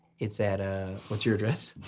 it's at, ah what's your address